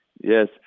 Yes